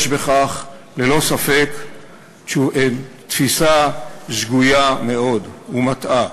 יש בכך ללא ספק תפיסה שגויה מאוד ומטעה.